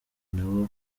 n’aho